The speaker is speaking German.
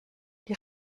die